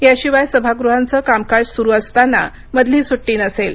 याशिवाय सभागृहांचं कामकाज सुरू असताना मधली सुट्टी नसेल